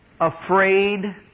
afraid